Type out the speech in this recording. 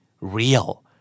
Real